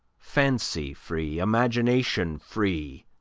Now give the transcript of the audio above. fancy-free, imagination-free,